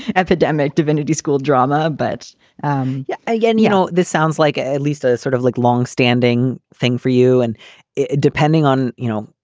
epidemic divinity school drama but um yeah again, you know, this sounds like at least the ah sort of like long standing thing for you. and depending on, you know,